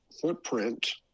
footprint